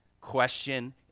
Question